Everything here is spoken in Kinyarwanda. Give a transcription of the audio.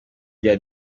bya